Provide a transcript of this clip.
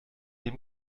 dem